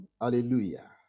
hallelujah